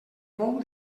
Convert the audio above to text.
bou